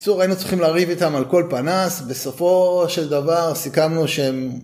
בקיצור היינו צריכים לריב איתם על כל פנס, בסופו של דבר סיכמנו שהם...